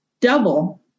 double